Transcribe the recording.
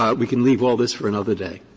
ah we can leave all this for another day.